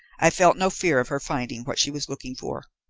i felt no fear of her finding what she was looking for.